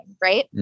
right